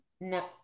No